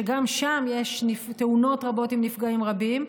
שגם שם יש תאונות רבות עם נפגעים רבים,